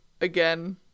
again